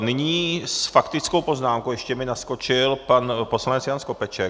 Nyní s faktickou poznámkou mi naskočil pan poslanec Jan Skopeček.